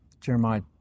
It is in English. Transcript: Jeremiah